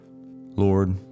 Lord